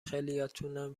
خیلیاتونم